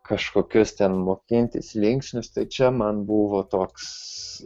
kažkokius ten mokintis linksnius tai čia man buvo toks